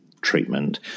treatment